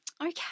Okay